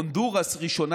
הונדורס ראשונה,